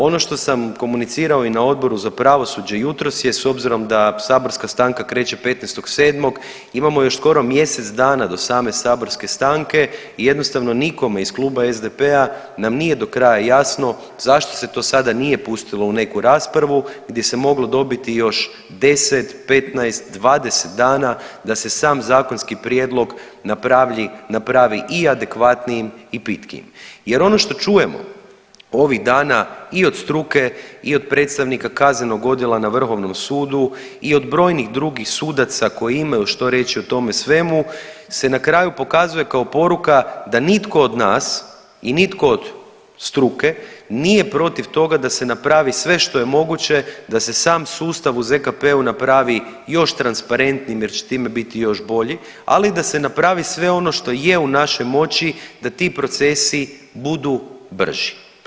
Ono što sam komunicirao i na Odboru za pravosuđe jutros je s obzirom da saborska stanka kreće 15.7. imamo još skoro mjesec dana do same saborske stanke i jednostavno nikome iz kluba SDP-a nam nije do kraja jasno zašto se to sada nije pustilo u neku raspravu gdje se moglo dobiti još 10, 15, 20 dana da se sam zakonski prijedlog napravi i adekvatnijim i pitkijim jer ono što čujemo ovih dana i od struke i od predstavnika Kaznenog odjela na Vrhovnom sudu i od brojnih drugih sudaca koji imaju što reći o tome svemu se na kraju pokazuje kao poruka da nitko od nas i nitko od struke nije protiv toga da se napravi sve što je moguće da se sam sustavu u ZKP-u napravi još transparentnim jer će time biti još bolji, ali da se napravi sve ono što je u našoj moći da ti procesi budu brži.